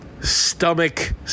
Stomach